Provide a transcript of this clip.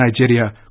Nigeria